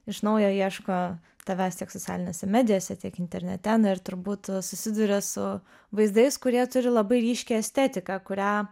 iš naujo ieško tavęs tiek socialinėse medijose tiek internete na ir turbūt susiduria su vaizdais kurie turi labai ryškią estetiką kurią